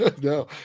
No